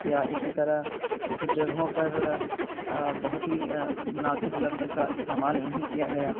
یا اسی طرح کچھ جگہوں پر بہت ہی مناسب لفظ کا استعمال نہیں کیا گیا